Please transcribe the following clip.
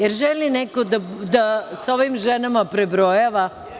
Da li želi neko da sa ovim ženama prebrojava?